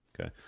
Okay